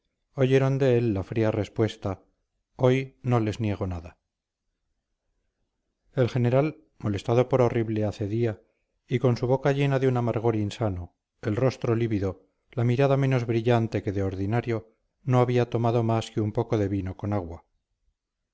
oyeron de él la fría respuesta hoy no les niego nada el general molestado por horrible acedía y con su boca llena de un amargor insano el rostro lívido la mirada menos brillante que de ordinario no había tomado más que un poco de vino con agua